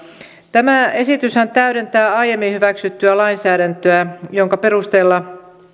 tämä esityshän täydentää aiemmin hyväksyttyä lainsäädäntöä jonka perusteella